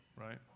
right